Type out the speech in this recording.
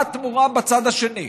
מה התמורה בצד השני?